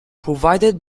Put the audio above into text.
provided